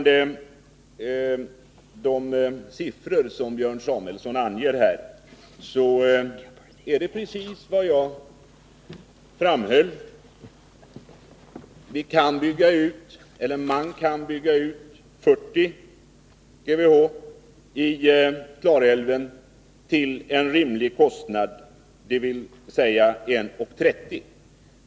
De siffror som Björn Samuelson anger här är precis de som jag redovisade. Man kan bygga ut 40 GWh i Klarälven till en rimlig kostnad, dvs. 1:30.